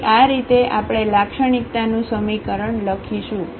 તેથી આ રીતે આપણે લાક્ષણિકતાનું સમીકરણ લખીશું